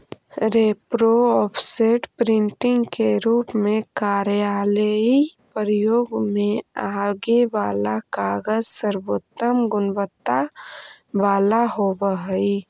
repro, offset, printing के रूप में कार्यालयीय प्रयोग में आगे वाला कागज सर्वोत्तम गुणवत्ता वाला होवऽ हई